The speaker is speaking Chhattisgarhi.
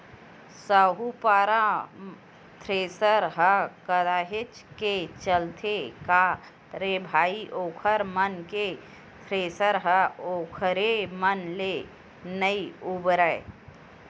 साहूपारा थेरेसर ह काहेच के चलथे का रे भई ओखर मन के थेरेसर ह ओखरे मन ले नइ उबरय